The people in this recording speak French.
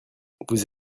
vous